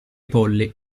polli